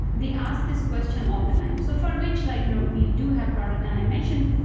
they ask this question all the time, so for which like you know we do have product animation,